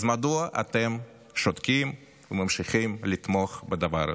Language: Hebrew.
אז מדוע אתם שותקים וממשיכים לתמוך בדבר הזה?